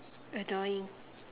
a drawing